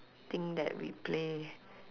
think that we play